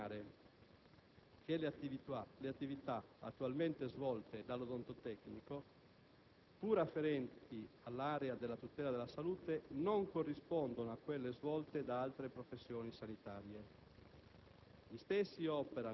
E' opportuno sottolineare che le attività attualmente svolte dall'odontotecnico, pur afferenti all'area della tutela della salute, non corrispondono a quelle svolte da altre professioni sanitarie;